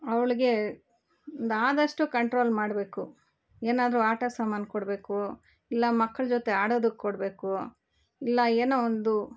ಅವಳಿಗೆ ಆದಷ್ಟು ಕಂಟ್ರೋಲ್ ಮಾಡಬೇಕು ಏನಾದರು ಆಟ ಸಾಮಾನು ಕೊಡಬೇಕು ಇಲ್ಲ ಮಕ್ಳ ಜೊತೆ ಆಡೋದಕ್ ಕೊಡಬೇಕು ಇಲ್ಲ ಏನೋ ಒಂದು